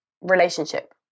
relationship